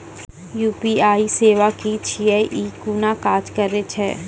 UPI सेवा की छियै? ई कूना काज करै छै?